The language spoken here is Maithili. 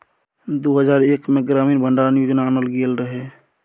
दु हजार एक मे ग्रामीण भंडारण योजना आनल गेल रहय